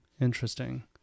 Interesting